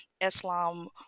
Islam